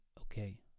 okay